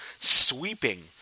sweeping